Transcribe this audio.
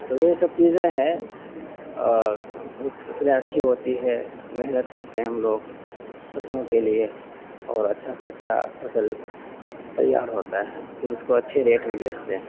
تو یہی سب چیزیں ہیں اور فصلیں اچھی ہوتی ہے محنت کرتے ہیں ہم لوگ فصلوں کے لیے اور اچھا سے اچھا فصل تیار ہوتا ہے پھر اس کو اچھے ریٹ میں بیچتے ہیں